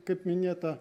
kaip minėta